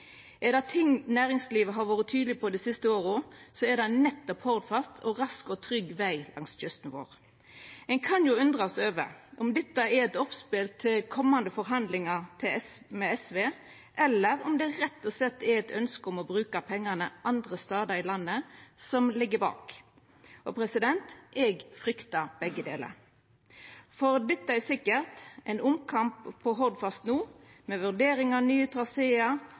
Er det éin ting næringslivet har vore tydeleg på dei siste åra, er det nettopp Hordfast og rask og trygg veg langs kysten vår. Ein kan undrast over om det er eit oppspel til komande forhandlingar med SV, eller om det rett og slett er eit ønske om å bruka pengane andre stader i landet som ligg bak. Eg fryktar begge delar, for dette er sikkert: Ein omkamp om Hordfast no, med vurdering av nye